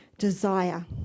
desire